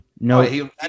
No